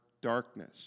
darkness